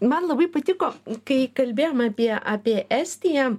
man labai patiko kai kalbėjom apie apie estiją